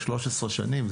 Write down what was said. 13 שנים,